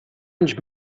anys